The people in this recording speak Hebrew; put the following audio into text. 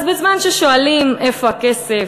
אז בזמן ששואלים איפה הכסף,